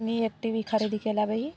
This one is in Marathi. मी एक टी वी खरेदी केला बाई